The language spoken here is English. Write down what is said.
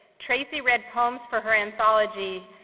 tracy read poems for her anthology,